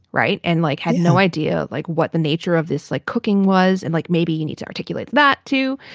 right. and like, had no idea, like, what the nature of this, like, cooking was. and like, maybe you need to articulate that, too.